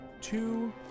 Two